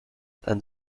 and